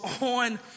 on